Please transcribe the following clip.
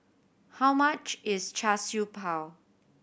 how much is Char Siew Bao